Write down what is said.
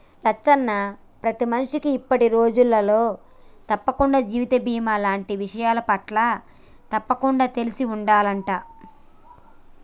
లచ్చన్న ప్రతి మనిషికి ఇప్పటి రోజులలో తప్పకుండా జీవిత బీమా లాంటి విషయాలపట్ల తప్పకుండా తెలిసి ఉండాలంట